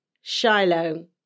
Shiloh